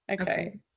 Okay